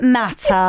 matter